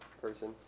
person